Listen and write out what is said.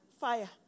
Fire